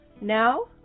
Now